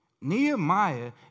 Nehemiah